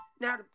now